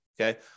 Okay